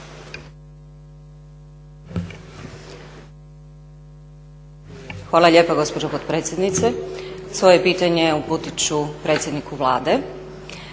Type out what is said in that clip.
Hvala lijepo gospođo potpredsjednice. Svoje pitanje uputit ću predsjedniku Vlade.